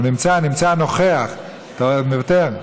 הוא נמצא, נמצא, נוכח, אתה מוותר?